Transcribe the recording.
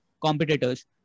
competitors